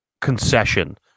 concession